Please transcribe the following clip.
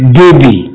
baby